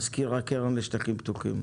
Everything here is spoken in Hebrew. מזכיר הקרן לשמירה על שטחים פתוחים.